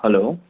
hello